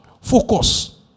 focus